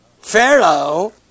Pharaoh